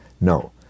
no